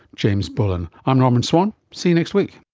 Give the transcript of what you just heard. james bullen. i'm norman swan, see you next week